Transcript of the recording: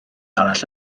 arall